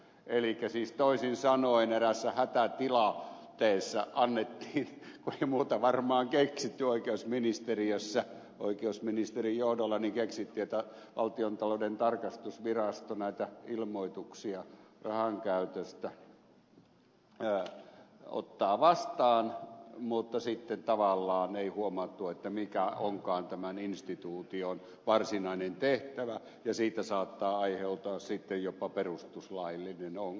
elikkä siis toisin sanoen eräässä hätätilanteessa kun ei muuta varmaan keksitty oikeusministeriössä oikeusministerin johdolla keksittiin että valtiontalouden tarkastusvirasto näitä ilmoituksia rahankäytöstä ottaa vastaan mutta sitten tavallaan ei huomattu mikä onkaan tämän instituution varsinainen tehtävä ja siitä saattaa aiheutua sitten jopa perustuslaillinen ongelma